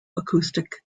acoustic